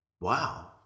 Wow